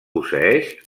posseeix